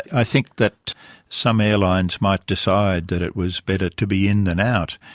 i think that some airlines might decide that it was better to be in than out.